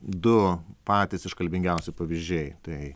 du patys iškalbingiausi pavyzdžiai tai